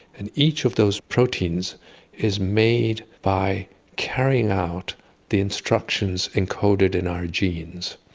and each of those proteins is made by carrying out the instructions encoded in our genes.